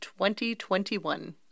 2021